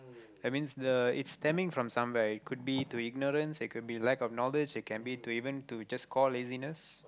that means the it's stemming from somewhere it could be to ignorance it could be lack of knowledge it can be to even to just call laziness